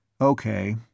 Okay